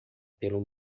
pelo